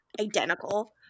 identical